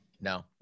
no